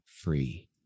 free